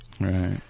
Right